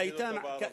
תגיד אותו בערבית.